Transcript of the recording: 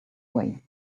way